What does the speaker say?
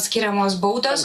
skiriamos baudos